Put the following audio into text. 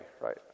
right